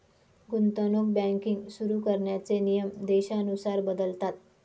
गुंतवणूक बँकिंग सुरु करण्याचे नियम देशानुसार बदलतात